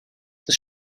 das